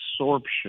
absorption